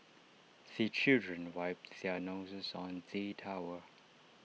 the children wipe their noses on the towel